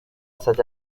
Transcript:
such